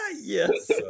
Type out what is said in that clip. Yes